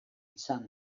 izan